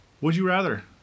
would-you-rather